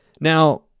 Now